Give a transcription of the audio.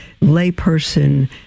layperson